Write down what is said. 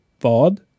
Vad